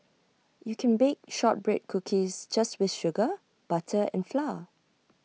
you can bake Shortbread Cookies just with sugar butter and flour